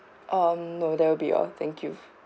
um no that'll be all thank you